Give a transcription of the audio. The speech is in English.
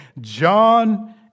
John